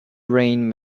rain